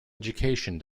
education